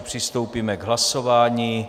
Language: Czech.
Přistoupíme k hlasování.